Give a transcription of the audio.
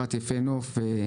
מחברת יפה נוף.